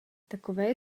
takové